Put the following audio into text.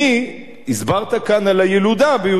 הסברת כאן על הילודה ביהודה ושומרון,